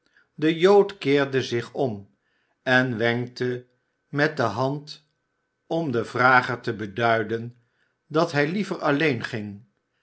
de jood keerde zich om en wenkte met de hand om den vrager te beduiden dat hij liever alleen ging